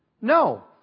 No